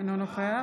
אינו נוכח